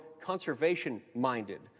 conservation-minded